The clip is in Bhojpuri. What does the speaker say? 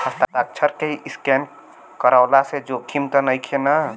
हस्ताक्षर के स्केन करवला से जोखिम त नइखे न?